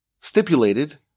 stipulated